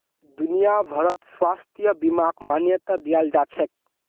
दुनिया भरत स्वास्थ्य बीमाक मान्यता दियाल जाछेक